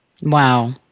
Wow